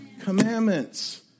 Commandments